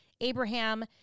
Abraham